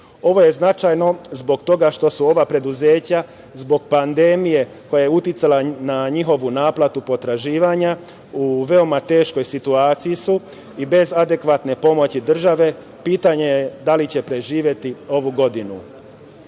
je značajno zbog toga što su ova preduzeća zbog pandemije koja je uticala na njihovu naplatu potraživanja u veoma teškoj situaciji i bez adekvatne pomoći države. Pitanje je da li će preživeti ovu godinu.U